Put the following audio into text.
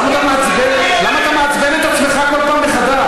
למה אתה מעצבן את עצמך כל פעם מחדש?